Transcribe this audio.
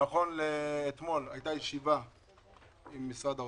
נכון לאתמול, הייתה ישיבה עם משרדי האוצר,